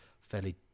fairly